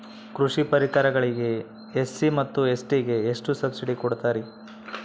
ಕೃಷಿ ಪರಿಕರಗಳಿಗೆ ಎಸ್.ಸಿ ಮತ್ತು ಎಸ್.ಟಿ ಗೆ ಎಷ್ಟು ಸಬ್ಸಿಡಿ ಕೊಡುತ್ತಾರ್ರಿ?